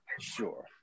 Sure